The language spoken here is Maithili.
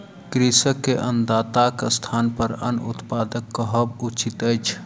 कृषक के अन्नदाताक स्थानपर अन्न उत्पादक कहब उचित अछि